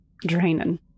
draining